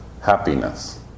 happiness